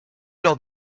lors